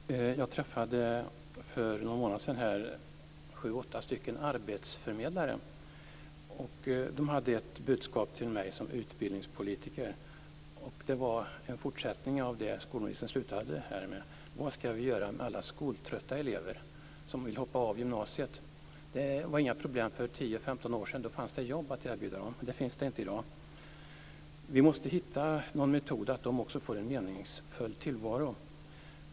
Fru talman! Jag träffade för någon månad sedan sju, åtta arbetsförmedlare som hade ett budskap till mig som utbildningspolitiker. Det var en fortsättning av det som skolministern slutade med här: Vad skall vi göra med alla de skoltrötta elever som vill hoppa av från gymnasiet? Det var inget problem för 10-15 år sedan, eftersom det då fanns jobb att erbjuda dem. Sådana finns inte i dag. Vi måste hitta någon metod för att låta också dessa elever få en meningsfull tillvaro.